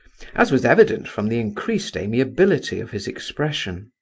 as was evident from the increased amiability of his expression.